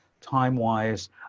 time-wise